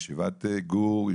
ישיבת גור,